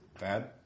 Bad